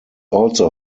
also